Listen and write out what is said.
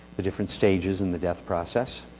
the different stages in the death process,